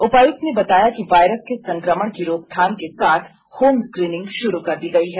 उपायुक्त ने बताया कि वायरस के संकमण की रोकथाम के साथ होम स्क्रीनिंग शुरू कर दी गई है